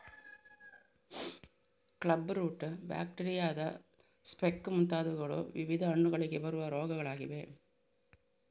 club root, ಬ್ಯಾಕ್ಟೀರಿಯಾದ speck ಮುಂತಾದವುಗಳು ವಿವಿಧ ಹಣ್ಣುಗಳಿಗೆ ಬರುವ ರೋಗಗಳಾಗಿವೆ